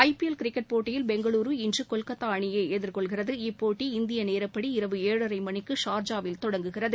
IPL cricket போட்டியில் பெங்களுரு இன்று கொல்கத்தா அணியை எதிர்கொள்கிறது இப்போட்டி இந்திய நேரப்படி இரவு ஏழரை மணிக்கு சார்ஜாவில் தொடங்குகிறது